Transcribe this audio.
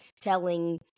telling